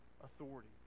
authority